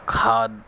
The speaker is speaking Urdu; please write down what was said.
کھاد